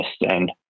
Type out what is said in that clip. And-